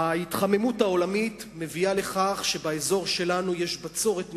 ההתחממות העולמית מביאה לכך שבאזור שלנו יש בצורת נמשכת.